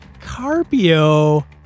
Carpio